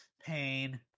Pain